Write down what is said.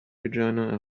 regina